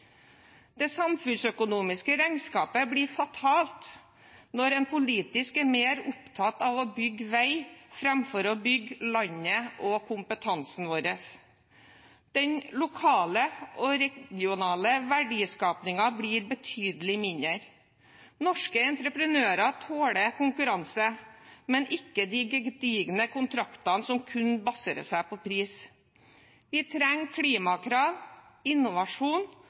Det samfunnsøkonomiske regnskapet blir fatalt når en politisk er mer opptatt av å bygge vei framfor å bygge landet og kompetansen vår. Den lokale og regionale verdiskapingen blir betydelig mindre. Norske entreprenører tåler konkurranse, men ikke om de gedigne kontraktene som kun baserer seg på pris. Vi trenger klimakrav, innovasjon